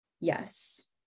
yes